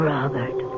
Robert